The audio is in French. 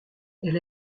elle